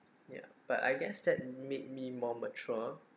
ya but I guess that made me more mature